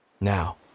now